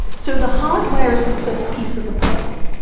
so the hardware is the first piece of the puzzle,